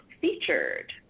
featured